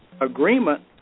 agreement